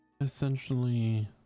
Essentially